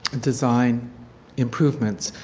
and design improvements,